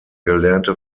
gelernte